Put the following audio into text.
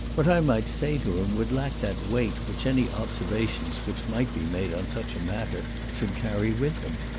what i might say to him would lack that weight which any observations which might be made on such a matter should carry with them.